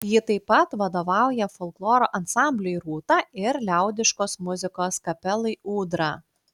ji taip pat vadovauja folkloro ansambliui rūta ir liaudiškos muzikos kapelai ūdra